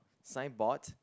signboard